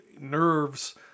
nerves